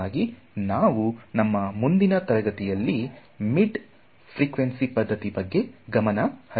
ಹಾಗಾಗಿ ನಾವು ನಮ್ಮ ಮುನ್ನ ತರಗತಿಯಲ್ಲಿ ಮೀಡ್ ಫ್ರಿಕ್ವೆನ್ಸಿ ಪದ್ಧತಿ ಬಗ್ಗೆ ಗಮನ ಹರಿಸಲಿದ್ದೇವೆ